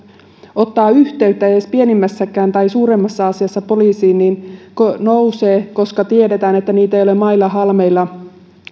ottaa yhteyttä edes pienimmässäkään tai suuremmassa asiassa poliisiin nousee koska tiedetään että heitä ei ole mailla halmeilla